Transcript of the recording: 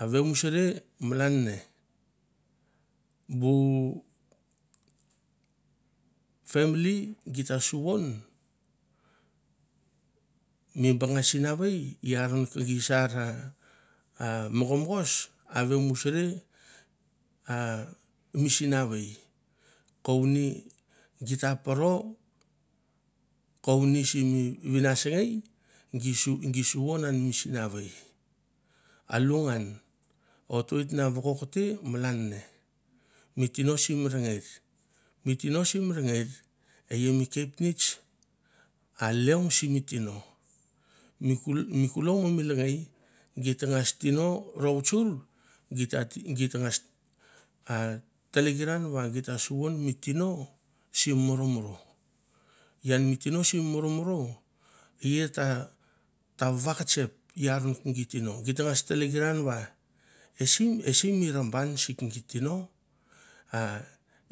A vemusuria malan ne bu family gi ta suvon mi banga sinavei, i aron ke gi sara mogo mogos a vemusuria a mi sinavei kouni git ta poro kouni simi vinasngei gi suvon an mi sinavei, a lu ngan ot oit na vokokte malan ne, mi tino simi rengeir mi tino simi rengeir e i mi kepneits a leong simi tino, mi kulou ma mi lengei git tangas tino rou tsor git ta git tangas tlekeran va gi ta suvon mi tino sim moro moro ian mi tino sim moro moro e ia ta va ketsep i aron ke gi tino, git tangas tlekiran va ese ese ese mi raban si ke git tino?